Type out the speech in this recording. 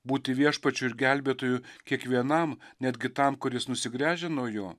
būti viešpačiu ir gelbėtoju kiekvienam netgi ir tam kuris nusigręžia nuo jo